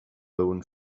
own